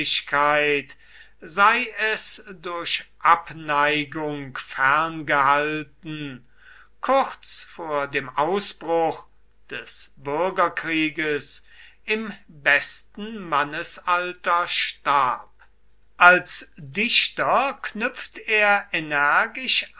sei es durch abneigung ferngehalten kurz vor dem ausbruch des bürgerkrieges im besten mannesalter starb als dichter knüpft er energisch